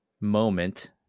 moment